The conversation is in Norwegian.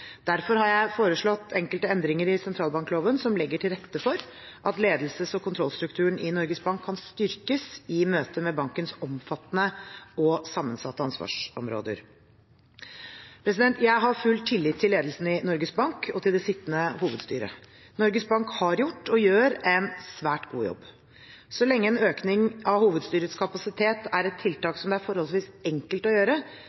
Derfor har jeg foreslått enkelte endringer i sentralbankloven som legger til rette for at ledelses- og kontrollstrukturen i Norges Bank kan styrkes i møte med bankens omfattende og sammensatte ansvarsområder. Jeg har full tillit til ledelsen i Norges Bank og til det sittende hovedstyret. Norges Bank har gjort, og gjør, en svært god jobb. Så lenge en økning av hovedstyrets kapasitet er et tiltak som det er forholdsvis enkelt å gjøre,